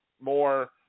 more